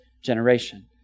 generation